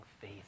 faith